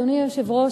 אדוני היושב-ראש,